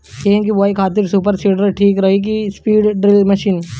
गेहूँ की बोआई खातिर सुपर सीडर ठीक रही की सीड ड्रिल मशीन?